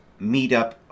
meetup